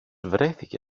βρέθηκε